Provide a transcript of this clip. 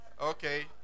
Okay